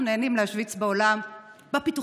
אנחנו נהנים להשוויץ בעולם בפיתוחים